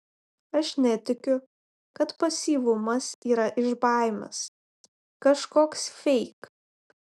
aš netikiu kad pasyvumas yra iš baimės kažkoks feik